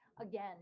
Again